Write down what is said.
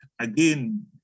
again